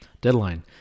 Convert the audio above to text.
Deadline